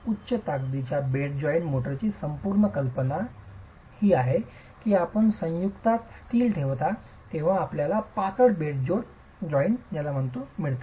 उच्च ताकदीच्या bed joint मोर्टारची संपूर्ण कल्पना ही आहे की आपण संयुक्तातच स्टील ठेवता तेव्हा आपल्याला पातळ बेड जोड मिळतात